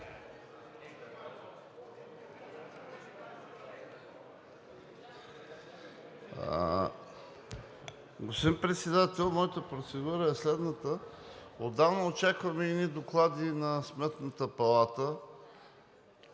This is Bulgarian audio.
Господин Председател, моята процедура е следната: отдавна очакваме едни доклади на Сметната палата